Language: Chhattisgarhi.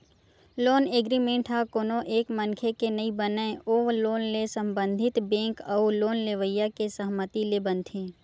लोन एग्रीमेंट ह कोनो एक मनखे के नइ बनय ओ लोन ले संबंधित बेंक अउ लोन लेवइया के सहमति ले बनथे